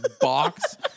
box